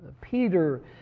Peter